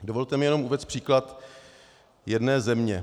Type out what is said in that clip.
Dovolte mi jenom uvést příklad jedné země.